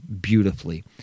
beautifully